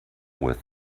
with